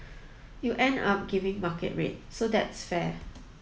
you end up giving market rate so that's fair